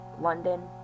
London